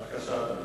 בבקשה,